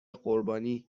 قربانی